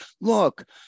Look